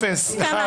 אפס?